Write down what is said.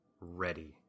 ready